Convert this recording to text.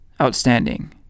outstanding